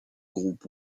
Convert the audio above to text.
groupe